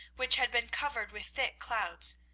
which had been covered with thick clouds,